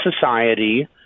society